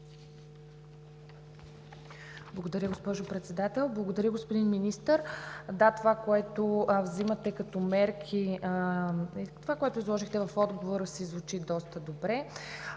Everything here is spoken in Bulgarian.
Благодаря, госпожо Председател. Благодаря, господин Министър. Да, това, което взимате като мерки и това, което изложихте в отговора си, звучи доста добре.